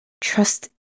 Trust